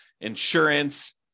insurance